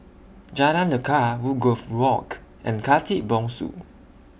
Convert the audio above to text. Jalan Lekar Woodgrove Walk and Khatib Bongsu